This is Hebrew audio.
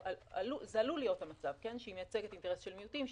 עלול להיות מצב שהיא מייצגת אינטרס של מיעוטים,